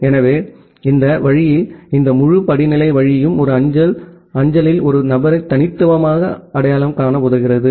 எனவே இந்த வழியில் இந்த முழு படிநிலை வழியும் ஒரு அஞ்சல் அஞ்சலில் ஒரு நபரை தனித்துவமாக அடையாளம் காண உதவுகிறது